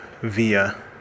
via